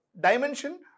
dimension